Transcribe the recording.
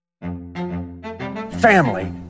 Family